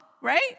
right